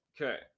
okay